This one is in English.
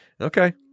Okay